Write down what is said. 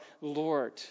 Lord